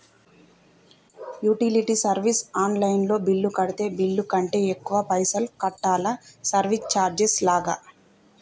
Utility service online లో bill కడితే bill కంటే ఎక్కువ పైసల్ కట్టాలా సర్వీస్ చార్జెస్ లాగా?